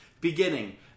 Beginning